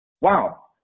Wow